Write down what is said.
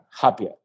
Happier